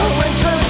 winter